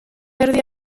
erdi